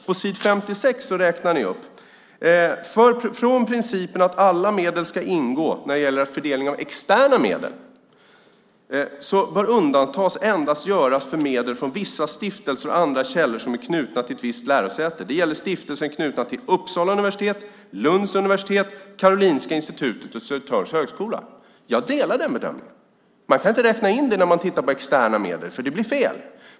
På s. 56 står det: Från principen att alla medel ska ingå när det gäller fördelningen av externa medel bör undantag endast göras för medel från vissa stiftelser och andra källor som är knutna till ett visst lärosäte. Det gäller stiftelser knutna till Uppsala universitet, Lunds universitet, Karolinska Institutet och Södertörns högskola. Jag delar den bedömningen. Man kan inte räkna in det när man tittar på externa medel eftersom det blir fel.